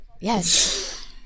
yes